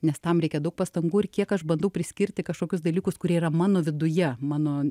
nes tam reikia daug pastangų ir kiek aš bandau priskirti kažkokius dalykus kurie yra mano viduje mano